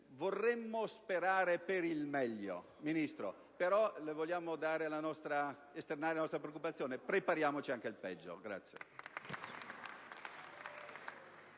vorremmo sperare per il meglio, ma le vogliamo esternare la nostra preoccupazione: prepariamoci anche al peggio!